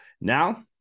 Now